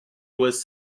was